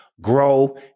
grow